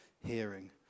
hearing